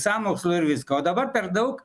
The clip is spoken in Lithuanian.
sąmokslo ir visko o dabar per daug